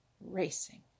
racing